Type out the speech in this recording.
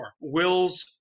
wills